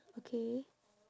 okay